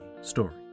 story